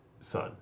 Son